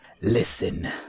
Listen